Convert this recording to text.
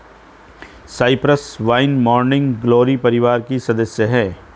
Cyprus vine morning glory परिवार की सदस्य हैं